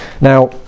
now